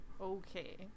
Okay